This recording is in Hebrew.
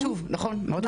מאוד חשוב, נכון.